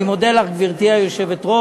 אני מודה לך, גברתי היושבת-ראש.